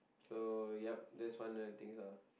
so yup there is one of the things ah